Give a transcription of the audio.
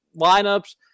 lineups